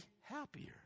happier